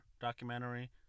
documentary